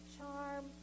charm